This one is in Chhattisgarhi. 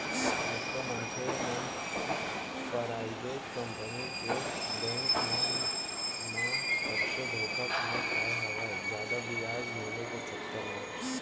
कतको मनसे मन पराइबेट कंपनी के बेंक मन म कतको धोखा खाय खाय हवय जादा बियाज मिले के चक्कर म